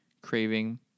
craving